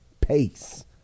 pace